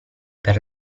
per